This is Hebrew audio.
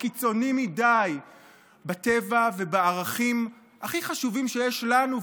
קיצוני מדי בטבע ובערכים הכי חשובים שיש לנו,